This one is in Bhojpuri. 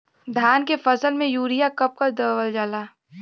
धान के फसल में यूरिया कब कब दहल जाला?